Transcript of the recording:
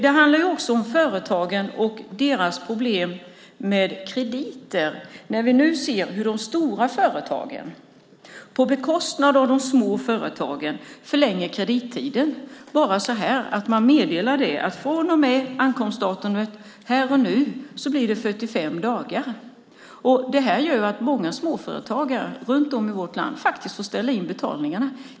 Det handlar också om företagen och deras problem med krediter. Vi ser nu hur de stora företagen på bekostnad av de små förlänger kredittiden. Man meddelar att från och med ankomstdatum här och nu blir det 45 dagar. Det gör att många småföretagare runt om i vårt land faktiskt får ställa in betalningarna.